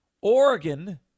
Oregon